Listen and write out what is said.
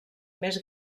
més